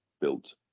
built